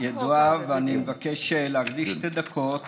ואני מבקש להקדיש שתי דקות